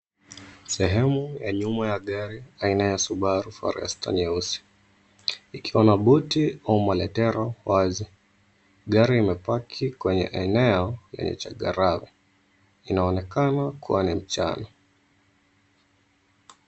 Sehemu ya nyuma ya gari aina ya Subaru Forester nyeusi. Ikiwa na buti ama letero wazi, gari limepaki kwenye eneo yenye changarawe. Inaonekana kuwa ni ni mchana.